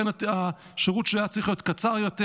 ולכן השירות שלו היה צריך להיות קצר יותר,